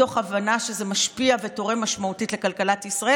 מתוך הבנה שזה משפיע ותורם משמעותית לכלכלת ישראל